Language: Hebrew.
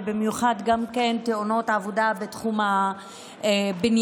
ובמיוחד תאונות עבודה בתחום הבניין.